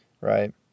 right